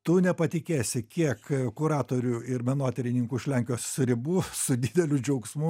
tu nepatikėsi kiek kuratorių ir menotyrininkų už lenkijos ribų su dideliu džiaugsmu